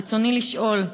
רצוני לשאול: